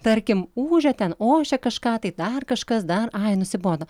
tarkim ūžia ten ošia kažką tai dar kažkas dar ai nusibodo